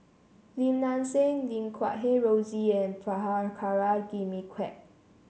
Lim Nang Seng Lim Guat Kheng Rosie and Prabhakara Jimmy Quek